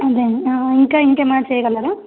అదే అండి ఇంకా ఇంకేమైనా చేయగలరా